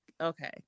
okay